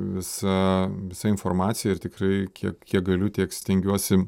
visa visa informacija ir tikrai kiek kiek galiu tiek stengiuosi